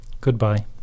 Goodbye